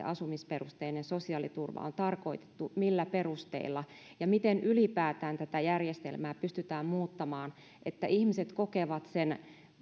asumisperusteinen sosiaaliturva on tarkoitettu millä perusteilla ja miten ylipäätään tätä järjestelmää pystytään muuttamaan niin että ihmiset kokevat sen